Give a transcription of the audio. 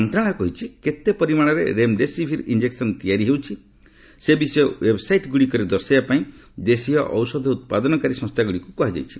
ମନ୍ତ୍ରଣାଳୟ କହିଛି କେତେ ପରିମାଣରେ ରେମ୍ଡେସିଭିର୍ ଇଞ୍ଜେକ୍ସନ ତିଆରି ହେଉଛି ସେ ବିଷୟ ୱେବ୍ସାଇଟ୍ ଗୁଡ଼ିକରେ ଦର୍ଶାଇବା ପାଇଁ ଦେଶୀୟ ଔଷଧ ଉତ୍ପାଦନକାରୀ ସଂସ୍ଥାଗୁଡ଼ିକୁ କୁହାଯାଇଛି